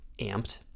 amped